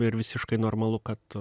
ir visiškai normalu kad